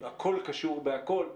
הכול קשור בהכול,